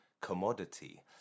commodity